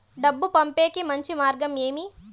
డబ్బు పంపేకి మంచి మార్గం ఏమి